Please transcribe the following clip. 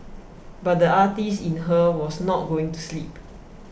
but the artist in her was not going to sleep